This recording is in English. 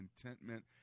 contentment